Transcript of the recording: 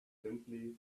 simply